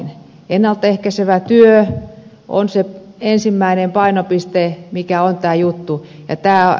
ennalta ehkäisevä työ on se ensimmäinen painopiste mikä on tämä juttu